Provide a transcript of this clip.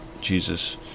Jesus